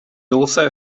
also